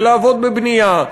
ולעבוד בבנייה.